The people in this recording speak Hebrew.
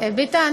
אין בעיה.